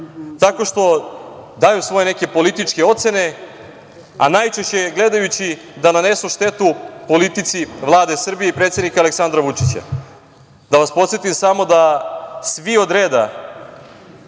Tako što daju neke svoje političke ocene, a najčešće, gledajući da nanesu štetu politici Vlade Srbije i predsednika Aleksandra Vučića. Da vas podsetim samo, svi od reda